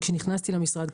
כאשר נכנסתי למשרד,